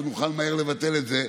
ונוכל מהר לבטל את זה,